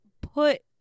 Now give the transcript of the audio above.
put